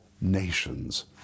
nations